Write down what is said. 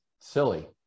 silly